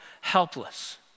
helpless